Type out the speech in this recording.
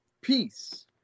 Peace